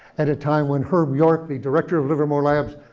at a time when herb york, the director of livermore labs,